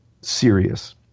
serious